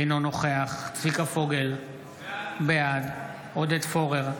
אינו נוכח צביקה פוגל, בעד עודד פורר,